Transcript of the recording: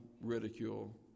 ridicule